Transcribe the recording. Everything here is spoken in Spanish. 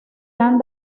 han